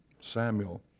Samuel